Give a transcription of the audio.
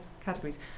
categories